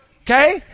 okay